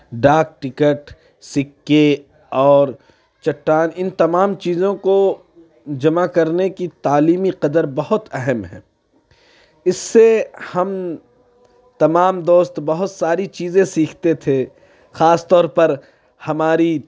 ڈاک ٹکٹ سکے اور چٹان اِن تمام چیزوں کو جمع کرنے کی تعلیمی قدر بہت اہم ہے اِس سے ہم تمام دوست بہت ساری چیزیں سیکھتے تھے خاص طور پر ہماری